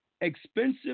expensive